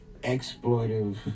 exploitive